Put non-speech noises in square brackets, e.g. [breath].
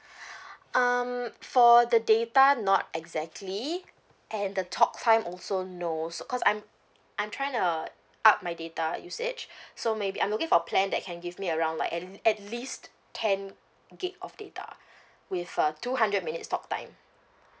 [breath] um for the data not exactly and the talk time also no so cause I'm I'm trying to up my data usage [breath] so maybe I'm looking for plan that can give me around like at at least ten gig of data with a two hundred minutes talk time